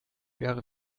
wäre